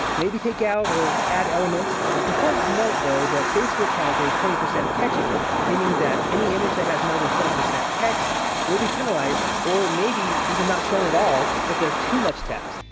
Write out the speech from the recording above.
maybe take out or add elements. it's important to note though, that facebook has a twenty percent text rule. meaning that, any image that has more than twenty percent text will be penalized or even not shown at all if there's too much text.